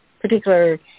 particular